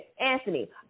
anthony